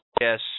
yes